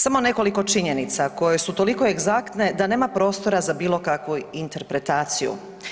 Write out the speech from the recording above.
Samo nekoliko činjenica koje su toliko egzaktne da nema prostora za bilo kakvu interpretaciju.